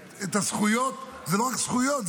זה לא רק זכויות,